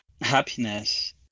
happiness